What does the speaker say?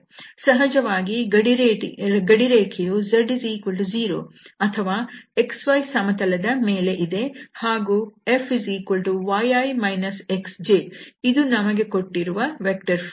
ಸಹಜವಾಗಿ ಗಡಿರೇಖೆಯು z0 ಅಥವಾ xy ಸಮತಲದ ಮೇಲೆ ಇದೆ ಹಾಗೂ Fyi xj ಇದು ನಮಗೆ ಕೊಟ್ಟಿರುವ ವೆಕ್ಟರ್ ಫೀಲ್ಡ್